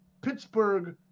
Pittsburgh –